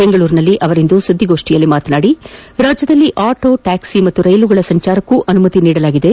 ಬೆಂಗಳೂರಿನಲ್ಲಿಂದು ಸುದ್ದಿಗಾರರೊಂದಿಗೆ ಮಾತನಾಡಿದ ಅವರು ರಾಜ್ಯದಲ್ಲಿ ಆಟೋ ಟ್ಯಾಕ್ಸಿ ಮತ್ತು ರೈಲುಗಳ ಸಂಚಾರಕ್ಕೂ ಅನುಮತಿ ನೀಡಲಾಗಿದೆ